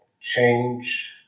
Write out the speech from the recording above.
change